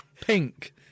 pink